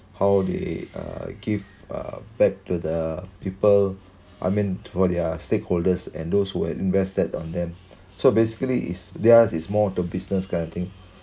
how they uh give uh back to the people I mean for their stakeholders and those who had invested on them so basically is theirs is more to business kind of thing so